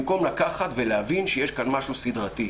במקום לקחת ולהבין שיש כאן משהו סדרתי.